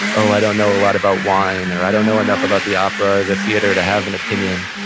oh, i don't know a lot about wine, or i don't know enough about the opera or the theater to have an opinion.